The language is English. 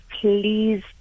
please